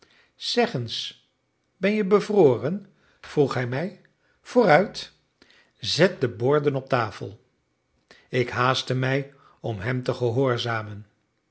zeg eens ben je bevroren vroeg hij mij vooruit zet de borden op tafel ik haastte mij om hem te gehoorzamen